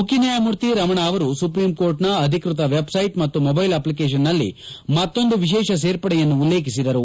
ಮುಖ್ಯ ನ್ಯಾಯಮೂರ್ತಿ ರಮಣ ಅವರು ಸುಪ್ರೀಂ ಕೋರ್ಟ್ನ ಅಧಿಕ್ವತ ವೆಬ್ಸ್ವೆಟ್ ಮತ್ತು ಮೊಬೈಲ್ ಅಪ್ಲಿಕೇಶನ್ನಲ್ಲಿ ಮತ್ತೊಂದು ವಿಶೇಷ ಸೇರ್ಪಡೆಯನ್ನು ಉಲ್ಲೇಖಿಸಿದರು